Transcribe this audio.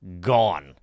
gone